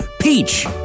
peach